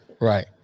Right